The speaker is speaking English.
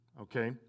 okay